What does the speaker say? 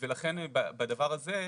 ולכן בדבר הזה,